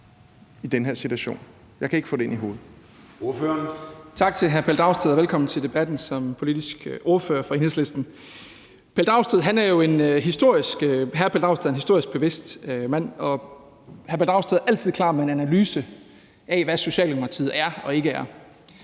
i den her situation. Jeg kan ikke få det ind i mit hoved.